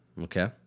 Okay